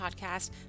Podcast